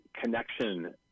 connection